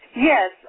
Yes